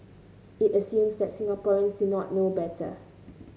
it assumes that Singaporeans do not know better